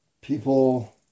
people